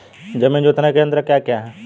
जमीन जोतने के यंत्र क्या क्या हैं?